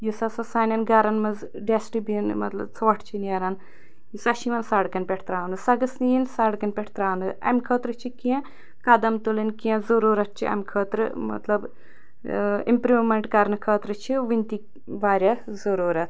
یُس ہَسا سانیٚن گھرَن مَنٛز ڈسٹہٕ بیٖن مطلب ژھۄٹھ چھِ نیران سۄ چھِ یوان سَڑکَن پٮ۪ٹھ ترٛاونہٕ سۄ گٔژھ نہٕ یِنۍ سَڑکَن پٮ۪ٹھ ترٛاونہٕ اَمہِ خٲطرٕ چھِ کیٚنٛہہ قدم تُلٕنۍ ضروٗرت چھِ اَمہِ خٲطرٕ مطلب ٲں اِمپرٛومیٚنٛٹ کَرنہٕ خٲطرٕ چھِ وُنہِ تہِ واریاہ ضروٗرت